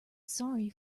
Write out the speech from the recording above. sorry